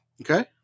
Okay